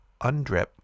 UNDRIP